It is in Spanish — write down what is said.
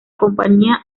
compañía